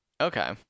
Okay